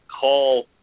call